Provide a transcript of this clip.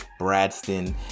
Bradston